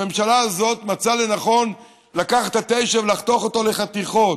הממשלה הזאת מצאה לנכון לקחת את 9 הקילומטרים ולחתוך אותם לחתיכות.